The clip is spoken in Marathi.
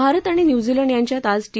भारत आणि न्यूझीलंड यांच्यात आज टी